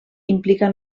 implica